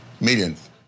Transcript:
Millions